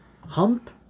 hump